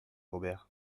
robert